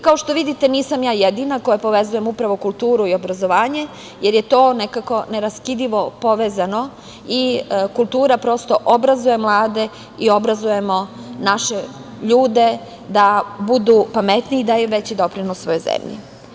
Kao što vidite nisam ja jedina koja povezujem upravo kulturu i obrazovanje, jer je to nekako neraskidivo povezano i kultura prosto obrazuje mlade i obrazujemo naše ljude da budu pametniji i daju veći doprinos svojoj zemlji.